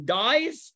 dies